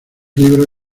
libros